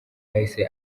yahise